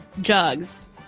jugs